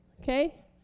Okay